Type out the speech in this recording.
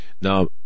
Now